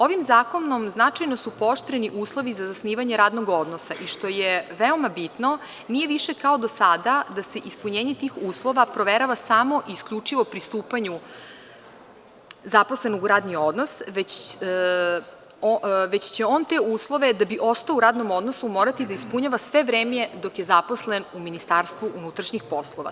Ovim zakonom značajno su pooštreni uslovi za zasnivanje radnog odnosa, što je veoma bitno, nije više kao do sada da se ispunjenje tih uslova proverava samo i isključivo pri stupanju zaposlenog u radni odnos, već će on te uslove, da bi ostao u radnom odnosu, morati da ispunjava sve vreme dok je zaposlen u MUP.